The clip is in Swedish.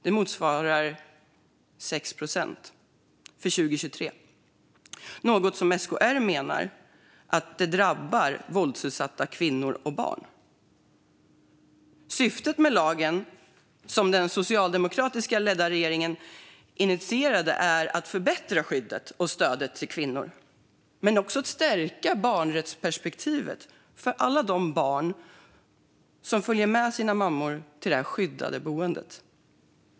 Det motsvarar 6 procent. SKR menar att det kommer att drabba våldsutsatta kvinnor och barn. Syftet med lagen, som den socialdemokratiskt ledda regeringen initierade, är att förbättra skyddet och stödet till kvinnor men också att stärka barnrättsperspektivet för alla de barn som följer med sina mammor till det skyddade boendet.